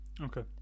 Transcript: Okay